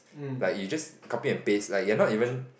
like you just copy and paste like you are not even